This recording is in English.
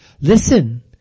Listen